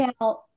Now